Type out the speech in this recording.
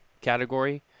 category